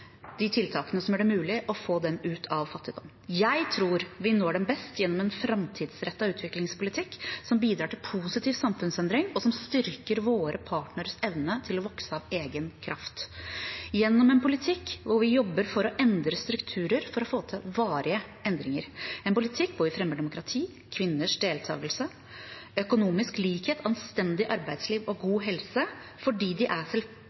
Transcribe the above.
de tiltakene som gjør det mulig å få dem ut av fattigdom. Jeg tror vi når dem best gjennom en framtidsrettet utviklingspolitikk som bidrar til positiv samfunnsendring, og som styrker våre partneres evne til å vokse av egen kraft, gjennom en politikk hvor vi jobber for å endre strukturer for å få til varige endringer, en politikk hvor vi fremmer demokrati, kvinners deltakelse, økonomisk likhet, anstendig arbeidsliv og god helse, fordi de er